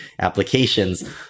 applications